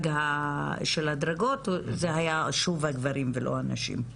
של הדרגות זה היה שוב הגברים ולא הנשים.